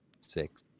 Six